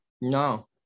no